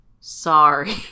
Sorry